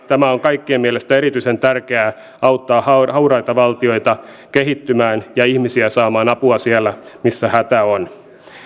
tämä on kaikkien mielestä erityisen tärkeää auttaa hauraita hauraita valtioita kehittymään ja ihmisiä saamaan apua siellä missä hätä on